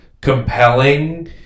compelling